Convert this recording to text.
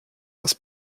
das